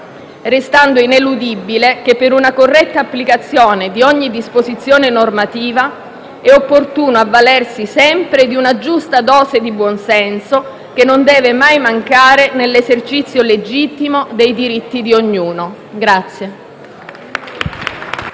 restando ineludibile che per una corretta applicazione di ogni disposizione normativa è opportuno avvalersi sempre di una giusta dose di buon senso che non deve mai mancare nell'esercizio legittimo dei diritti di ognuno.